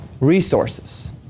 resources